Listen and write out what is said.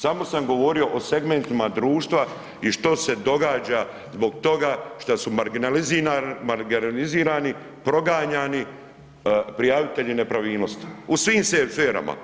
Samo sam govorio o segmentima društva i što se događa zbog toga što su marginalizirani, proganjani prijavitelji nepravilnosti u svim sferama.